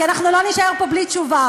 כי אנחנו לא נישאר פה בלי תשובה.